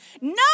No